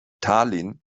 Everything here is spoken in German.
tallinn